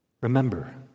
Remember